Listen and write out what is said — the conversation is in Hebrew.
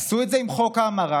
עשו את זה עם חוק ההמרה,